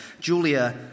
Julia